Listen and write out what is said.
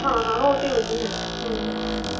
ਹਾਂ ਹਾਂ ਉਹ ਤਾਂ ਉਹੀ ਆ ਹਮ